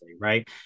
right